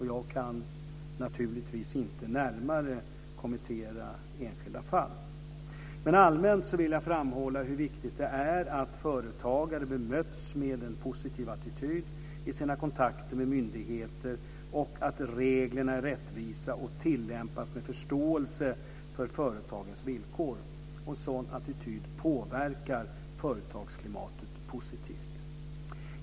Jag kan naturligtvis inte närmare kommentera enskilda fall, men allmänt vill jag framhålla hur viktigt det är att företagare bemöts med en positiv attityd i sina kontakter med myndigheter och att reglerna är rättvisa och tillämpas med förståelse för företagens villkor. En sådan attityd påverkar företagsklimatet positivt.